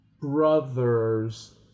brother's